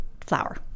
flour